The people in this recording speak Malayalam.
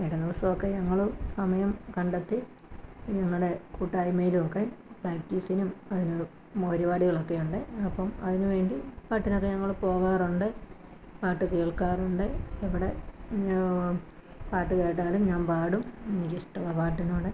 ഇട ദിവസമൊക്കെ ഞങ്ങൾ സമയം കണ്ടെത്തി ഞങ്ങളുടെ കൂട്ടായ്മയിലും ഒക്കെ പ്രാക്ടിസിനും പരു പരിപാടികളൊക്കെ ഉണ്ട് അപ്പം അതിന് വേണ്ടി പാട്ടിനൊക്കെ ഞങ്ങൾ പോകാറുണ്ട് പാട്ട് കേൾക്കാറുണ്ട് എവിടെ പാട്ട് കേട്ടാലും ഞാൻ പാടും എനിക്ക് ഇഷ്ടമാണ് പാട്ടിനോട്